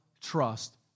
trust